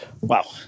Wow